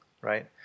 right